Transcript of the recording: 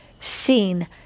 seen